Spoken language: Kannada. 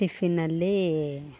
ಟಿಫಿನ್ನಲ್ಲಿ